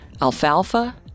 Alfalfa